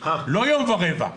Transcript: לא יום ורבע,